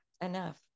enough